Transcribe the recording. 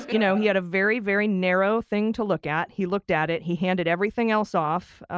you know he had a very very narrow thing to look at. he looked at it. he handed everything else off.